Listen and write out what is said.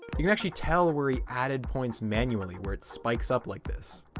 you can actually tell where he added points manually where it spikes up like this.